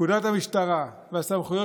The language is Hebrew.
פקודת המשטרה והסמכויות